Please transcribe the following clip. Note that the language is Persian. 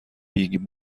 بیگ